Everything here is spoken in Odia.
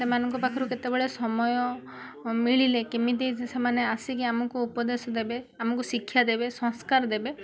ସେମାନଙ୍କ ପାଖରୁ କେତେବେଳେ ସମୟ ମିଳିଲେ କେମିତି ସେମାନେ ଆସିକି ଆମକୁ ଉପଦେଶ ଦେବେ ଆମକୁ ଶିକ୍ଷା ଦେବେ ସଂସ୍କାର ଦେବେ